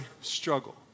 struggle